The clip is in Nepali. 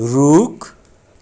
रुख